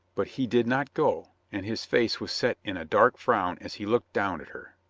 but he did not go, and his face was set in a dark frown as he looked down at her.